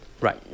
Right